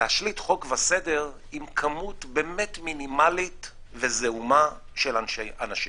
להשליט חוק וסדר עם כמות באמת מינימלית וזעומה של אנשים.